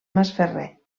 masferrer